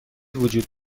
وجود